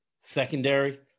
secondary